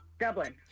Dublin